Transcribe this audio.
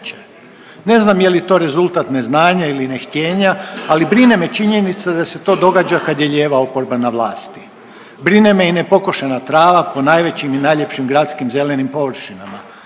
Ne znam je li to rezultat neznanja ili ne htjenja, ali brine me činjenica da se to događa kad je lijeva oporba na vlasti. Brine me i nepokošena trava po najvećim i najljepšim gradskim zelenim površinama.